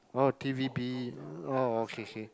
oh t_v_b oh okay okay